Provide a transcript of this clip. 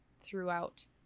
throughout